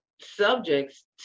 subjects